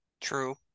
True